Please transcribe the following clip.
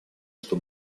что